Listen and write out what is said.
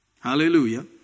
Hallelujah